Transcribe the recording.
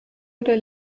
oder